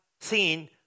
seen